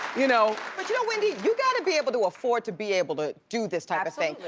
you know. but you know wendy you gotta be able to afford to be able to do this type of thing.